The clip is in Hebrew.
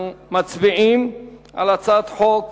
אנחנו מצביעים על הצעת חוק